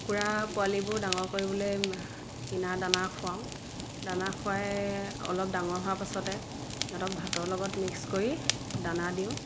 কুকুৰা পোৱালিবোৰ ডাঙৰ কৰিবলৈ কিনা দানা খুৱাওঁ দানা খুৱাই অলপ ডাঙৰ হোৱাৰ পাছতে সিহঁতক ভাতৰ লগত মিক্স কৰি দানা দিওঁ